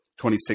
26